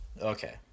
okay